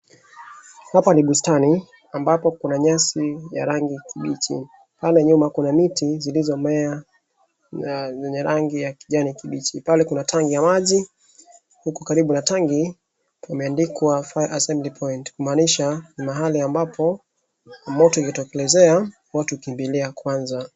Hapa ni bustani ambapo kuna nyasi ya rangi kibichi. Pale nyuma kuna miti zilizomea yenye rangi ya kijani kibichi. Pale kuna tangi ya maji, huku kariu na tangi kumeandikwa fire assembly point kumaanisha ni mahali ambapo moto ikitokelezea watu hukimbia kwanza.